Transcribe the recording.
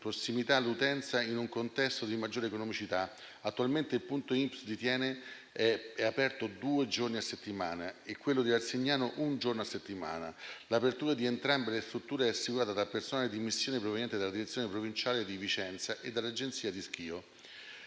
prossimità all'utenza in un contesto di maggiore economicità. Attualmente il punto INPS di Thiene è aperto due giorni a settimana e quello di Arzignano un giorno a settimana. L'apertura di entrambe le strutture è assicurata dal personale di missione proveniente dalla direzione provinciale di Vicenza e dall'agenzia di Schio.